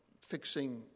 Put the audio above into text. fixing